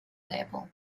level